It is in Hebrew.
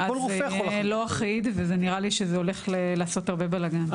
אז זה לא אחיד ונראה לי שזה הולך לעשות הרבה בלגאן.